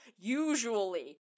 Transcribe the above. usually